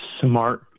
smart